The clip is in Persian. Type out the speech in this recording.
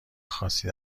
خاصی